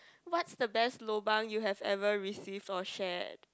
what's the best lobang you have ever received or shared